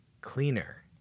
cleaner